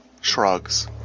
shrugs